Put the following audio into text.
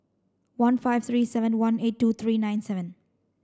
one five three seven one eight two three nine seven